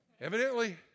Evidently